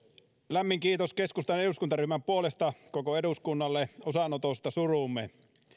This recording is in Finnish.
lämmin kiitos keskustan eduskuntaryhmän puolesta koko eduskunnalle osanotosta suruumme